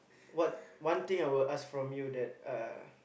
what one thing I would ask from you that uh